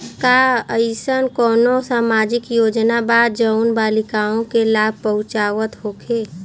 का एइसन कौनो सामाजिक योजना बा जउन बालिकाओं के लाभ पहुँचावत होखे?